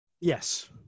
Yes